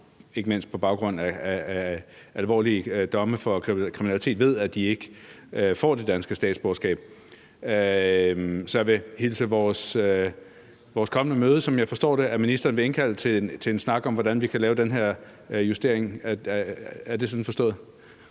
ikke mindst på baggrund af domme for alvorlig kriminalitet, ved, at de ikke får det danske statsborgerskab. Så jeg vil hilse vores kommende møde velkommen, som jeg forstår ministeren vil indkalde til, altså en snak om, hvordan vi kan lave den her justering. Er det sådan, det